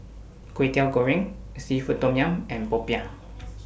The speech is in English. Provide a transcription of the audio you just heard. Kwetiau Goreng Seafood Tom Yum and Popiah